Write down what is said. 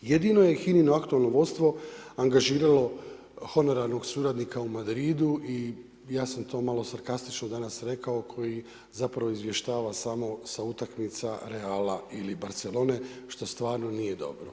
Jedino je HINA-ino aktualno vodstvo angažiralo honorarnog suradnika u Madridu i ja sam to malo sarkastično danas rekao, koji zapravo izvještava samo sa utakmica Reala i Barcelone, što stvarno nije dobro.